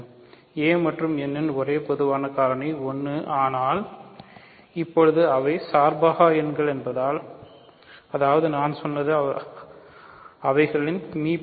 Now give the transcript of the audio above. a மற்றும் n இன் ஒரே பொதுவான காரணி 1 ஆனால் இப்போது அவை சார்பகா எண்களாக இருப்பதால் அதாவது நான் சொல்வது அவைகளின் மீ